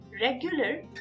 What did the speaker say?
regular